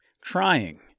trying